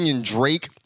drake